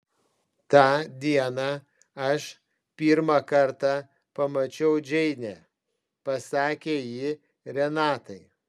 tą dieną aš pirmą kartą pamačiau džeinę pasakė ji renatai